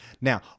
Now